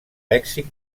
lèxic